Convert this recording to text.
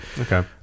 okay